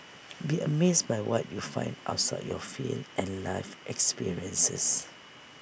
be amazed by what you find outside your field and life experiences